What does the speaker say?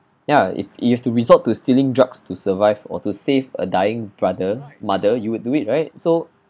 ya if you have to resort to stealing drugs to survive or to save a dying brother mother you would do it right so